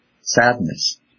sadness